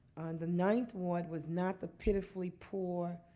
the ninth ward was not the pitifully pour